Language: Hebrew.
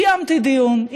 קיימתי דיון,